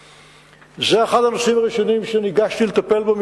זה אחד הנושאים הראשונים שניגשתי לטפל בהם